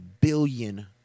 billion